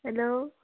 hello